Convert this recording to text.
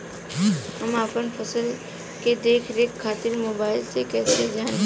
हम अपना फसल के देख रेख खातिर मोबाइल से कइसे जानी?